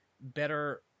better